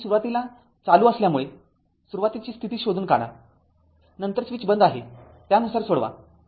switch सुरुवातीस चालू असल्यामुळे सुरुवातीची स्थिती शोधून काढा नंतर स्विच बंद आहे त्यानुसार सोडवा